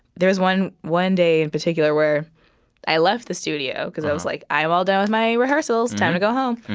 there was one one day, in particular, where i left the studio because i was like, i'm all done my rehearsals. time to go home.